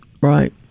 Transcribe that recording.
right